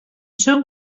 són